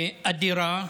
אדירה,